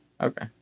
Okay